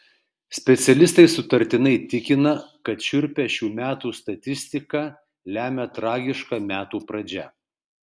specialistai sutartinai tikina kad šiurpią šių metų statistiką lemia tragiška metų pradžia